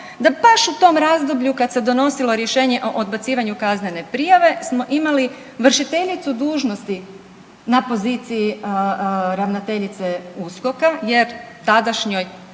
da baš u tom razdoblju kad se donosilo rješenje o odbacivanju kaznene prijave smo imali vršiteljicu dužnosti na poziciji ravnateljice USKOK-a jer tadašnjoj